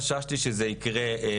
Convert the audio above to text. אני חששתי שזה יקרה ומאוד חששתי שזה יקרה